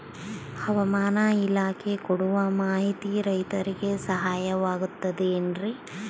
ಹವಮಾನ ಇಲಾಖೆ ಕೊಡುವ ಮಾಹಿತಿ ರೈತರಿಗೆ ಸಹಾಯವಾಗುತ್ತದೆ ಏನ್ರಿ?